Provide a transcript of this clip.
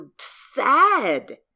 sad